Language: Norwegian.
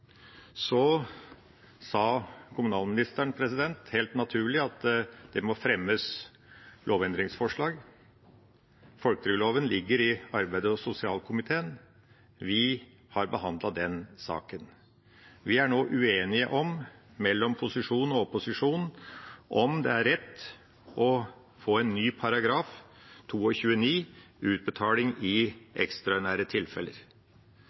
Så sa kommunalministeren helt naturlig at det må fremmes lovendringsforslag. Folketrygdloven ligger i arbeids- og sosialkomiteen. Vi har behandlet den saken. Vi er nå uenige mellom posisjon og opposisjon om hvorvidt det er rett å få en ny § 22-9, Utbetalinger i ekstraordinære tilfeller.